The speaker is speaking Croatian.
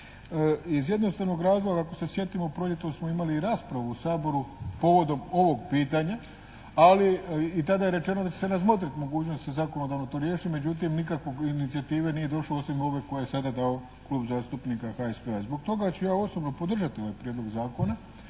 iz jednostavnog razloga. Ako se sjetimo proljetos smo imali i raspravu u Saboru povodom ovog pitanja, ali i tada je rečeno da će se razmotriti mogućnost da se zakonodavno to riješi. Međutim, nikakve inicijative nije došlo osim ove koju je sada dao Klub zastupnika HSP-a. Zbog toga ću ja osobno podržati ovaj prijedlog zakona